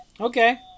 Okay